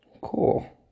Cool